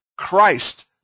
Christ